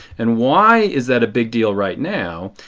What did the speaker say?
and why is that a big deal right now?